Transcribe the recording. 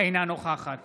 אינה נוכחת